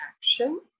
action